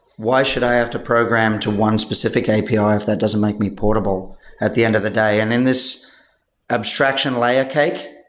why should i have to program to one specific api ah if that doesn't make me portable at the end of the day? day? and in this abstraction layer cake,